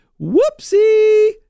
whoopsie